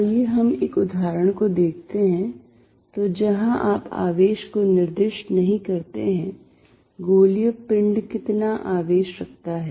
आइएहम एक उदाहरण को देखते हैं तो जहां आप आवेश को निर्दिष्ट नहीं करते हैं गोलीय पिंड कितना आवेश रखता है